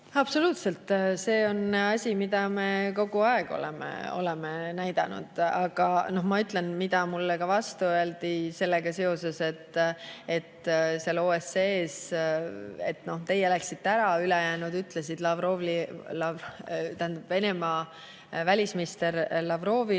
Absoluutselt, see on asi, mida me kogu aeg oleme näidanud. Aga ma ütlen, mida mulle ka vastu öeldi sellega seoses seal OSCE-s. Mulle öeldi: "Teie läksite ära, ülejäänud ütlesid Venemaa välisministrile Lavrovile